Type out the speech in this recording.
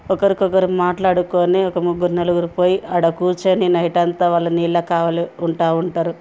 ఒకరికొకరు మాట్లాడుకుని ఒక ముగ్గురు నలుగురు పోయి అక్కడ కూర్చుని నైట్ అంతా వాళ్ళు నీళ్ళ కావలి ఉంటూ ఉంటారు